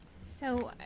so,